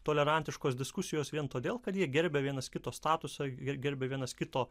tolerantiškos diskusijos vien todėl kad jie gerbė vienas kito statusą ir gerbė vienas kito